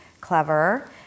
clever